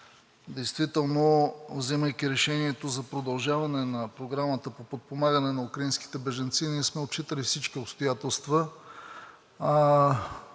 действително, взимайки решението за продължаване на Програмата по подпомагане на украинските бежанци, ние сме отчитали всички обстоятелства.